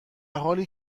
حالی